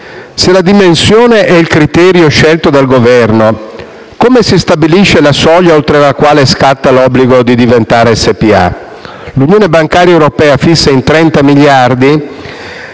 Se la dimensione è il criterio scelto dal Governo, come si stabilisce la soglia oltre la quale scatta l'obbligo di diventare società per azioni? L'Unione bancaria europea fissa in 30 miliardi